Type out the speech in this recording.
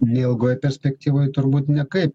neilgoj perspektyvoj turbūt nekaip